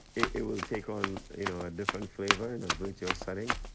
it it will take on, you know, a different flavor in a virtual setting,